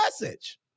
message